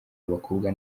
abakobwa